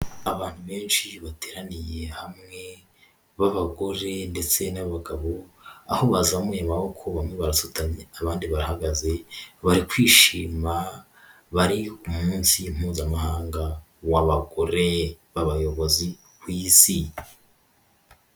Abantu benshi bateraniye hamwe b'abagore ndetse n'abagabo, aho bazamuye amaboko bamwe barasutanye abandi barahagaze, bari kwishima, bari m'Umunsi Mpuzamahanga w'Abagore b'Abayobozi ku Isi.